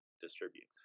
distributes